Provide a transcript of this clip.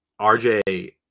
RJ